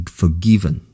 forgiven